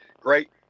great